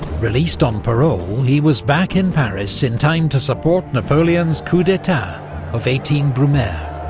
released on parole, he was back in paris in time to support napoleon's coup d'etat of eighteen brumaire.